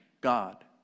God